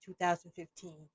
2015